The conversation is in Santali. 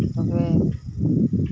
ᱛᱚᱵᱮ